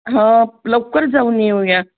हा लवकर जाऊन येऊया